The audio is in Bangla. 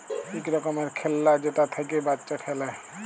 ইক রকমের খেল্লা যেটা থ্যাইকে বাচ্চা খেলে